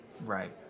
Right